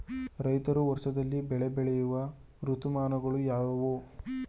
ರೈತರು ವರ್ಷದಲ್ಲಿ ಬೆಳೆ ಬೆಳೆಯುವ ಋತುಮಾನಗಳು ಯಾವುವು?